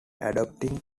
adopting